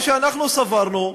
מה שאנחנו סברנו,